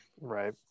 right